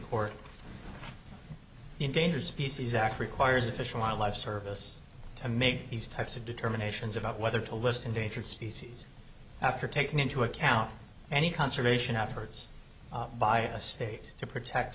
the endangered species act requires official wildlife service to make these types of determinations about whether to list endangered species after taking into account any conservation efforts by a state to protect